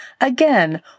Again